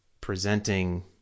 presenting